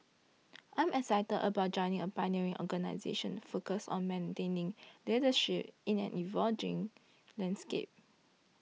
I'm excited about joining a pioneering organisation focused on maintaining leadership in an evolving landscape